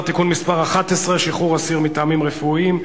(תיקון מס' 11) (שחרור אסיר מטעמים רפואיים),